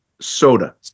Soda